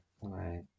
right